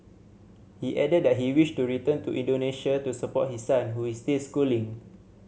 he added that he wished to return to Indonesia to support his son who is still schooling